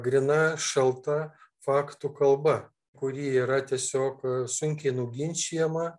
gryna šalta faktų kalba kuri yra tiesiog sunkiai nuginčijama